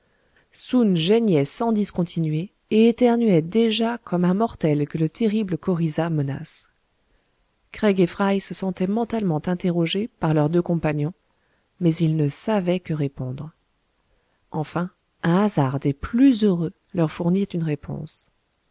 soun geignait sans discontinuer et éternuait déjà comme un mortel que le terrible coryza menace craig et fry se sentaient mentalement interrogés par leurs deux compagnons mais ils ne savaient que répondre enfin un hasard des plus heureux leur fournit une réponse